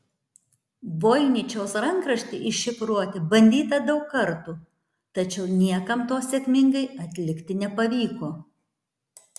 voiničiaus rankraštį iššifruoti bandyta daug kartų tačiau niekam to sėkmingai atlikti nepavyko